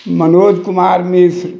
Manoj Kumar Mishra